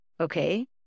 okay